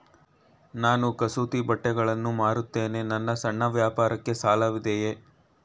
ನಾನು ಕಸೂತಿ ಬಟ್ಟೆಗಳನ್ನು ಮಾರುತ್ತೇನೆ ನನ್ನ ಸಣ್ಣ ವ್ಯಾಪಾರಕ್ಕೆ ಸಾಲವಿದೆಯೇ?